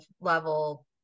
level